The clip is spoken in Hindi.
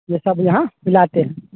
यह सब यहाँ मिलाते हैं